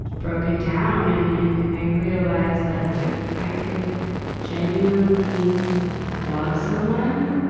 broken down. and, and i realized that like i could genuinely love someone.